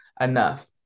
enough